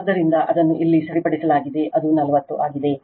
ಆದ್ದರಿಂದ ಅದನ್ನು ಇಲ್ಲಿ ಸರಿಪಡಿಸಲಾಗಿದೆ ಅದು 40 ಆಗಿದೆ